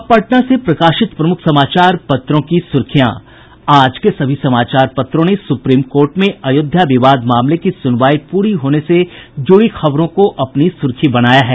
अब पटना से प्रकाशित प्रमुख समाचार पत्रों की सुर्खियां आज के सभी समाचार पत्रों ने सुप्रीम कोर्ट में अयोध्या विवाद मामले की सुनवाई पूरी होने से जुड़ी खबरों को अपनी सुर्खी बनाया है